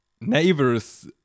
neighbors